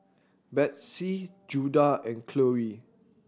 Bethzy Judah and Chloie